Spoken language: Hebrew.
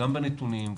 גם בנתונים,